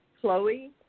Chloe